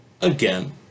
Again